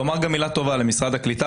אני רוצה לומר מילה טובה גם למשרד הקליטה